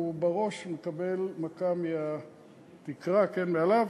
והוא מקבל מכה מהתקרה מעליו.